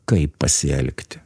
kaip pasielgti